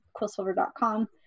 quillsilver.com